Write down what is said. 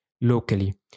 locally